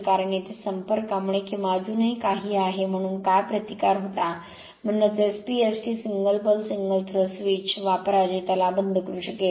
कारण येथे संपर्कामुळे किंवा अजूनही काही आहे म्हणून काय प्रतिकार होता म्हणूनच SP ST single pole single throw switch वापरा जे त्याला बंद करू शकेल